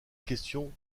question